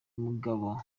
mugabo